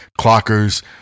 clockers